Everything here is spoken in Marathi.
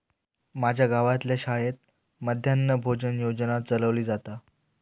माज्या गावातल्या शाळेत मध्यान्न भोजन योजना चलवली जाता